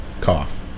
cough